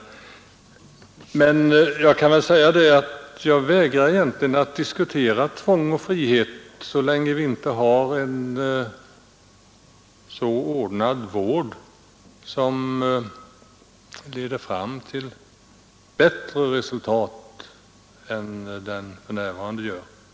vara vare sig det ena eller det andra, utan jag har fö Egentligen vägrar jag att diskutera tvång och frihet så länge vi inte har en vård som är så ordnad att den leder fram till bättre resultat.